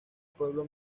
pueblo